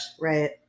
Right